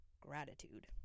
Gratitude